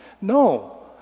No